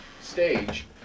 stage